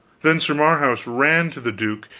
then sir marhaus ran to the duke,